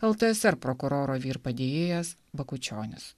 ltsr prokuroro vyr padėjėjas bakučionis